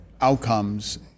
outcomes